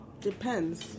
Depends